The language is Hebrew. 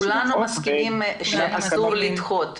כולנו מסכימים שאסור לדחות.